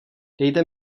dejte